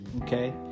okay